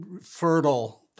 fertile